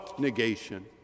negation